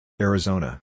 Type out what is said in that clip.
Arizona